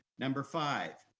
number five,